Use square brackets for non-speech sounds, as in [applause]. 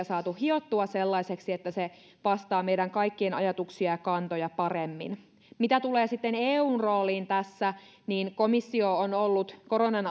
[unintelligible] saatu hiottua sellaiseksi että se vastaa meidän kaikkien ajatuksia ja kantoja paremmin mitä tulee sitten eun rooliin tässä niin komissio on ollut koronan [unintelligible]